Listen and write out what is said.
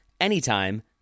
anytime